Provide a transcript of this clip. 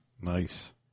nice